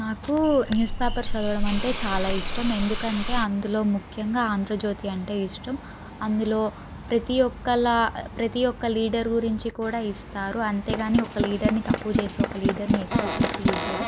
నాకూ newspaper చదవడం అంటే చాలా ఇష్టం ఎందుకంటే అందులో ముఖ్యంగా ఆంధ్రజ్యోతి అంటే ఇష్టం అందులో ప్రతి ఒక్కలా ప్రతి ఒక్క లీడరు గురించి కూడా ఇస్తారు అంతేగాని ఒక లీడర్ని తక్కువ చేసి ఒక లీడర్ని ఎక్కువ చేసి ఇవ్వరు